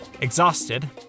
Exhausted